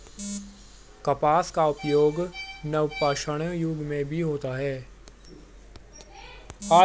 कपास का उपयोग नवपाषाण युग में भी होता था